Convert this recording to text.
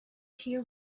hear